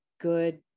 good